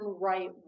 right